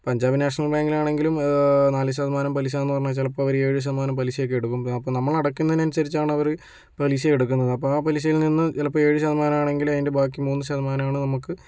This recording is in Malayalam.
പഞ്ചാബ് നാഷണൽ ബാങ്കിലാണെങ്കിലും നാല് ശതമാനം പലിശാന് പറഞ്ഞേച്ചാല് അവര് ഏഴ് ശതമാനം പലിശയൊക്കെ എടുക്കും അപ്പം നമ്മള് അടയ്ക്കുന്നേന് അനുസരിച്ചാണ് അവര് പലിശ എടുക്കുന്നത് അപ്പം ആ പലിശയിൽ നിന്ന് ചിലപ്പം ഏഴ് ശതമാനം ആണെങ്കില് അതിൻ്റെ ബാക്കി മൂന്ന് ശതമാനമാണ് നമ്മുക്ക്